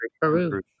Peru